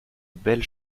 belle